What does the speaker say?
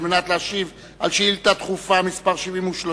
על מנת להשיב על שאילתא דחופה מס' 73